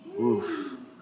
Oof